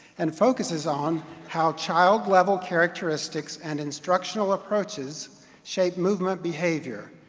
and focuses on how child-level characteristics and instructional approaches shape movement behavior.